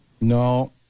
No